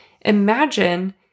imagine